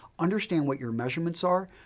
understand what your measurements are,